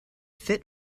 fit